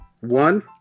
One